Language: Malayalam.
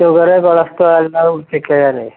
ഷുഗറ് കൊളസ്ട്രോള് എല്ലാം ച്ചെക്കെ ചെയ്യാൻ